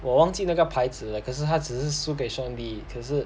我忘记那个牌子了可是他只是输给 sean lee 可是